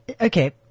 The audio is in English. okay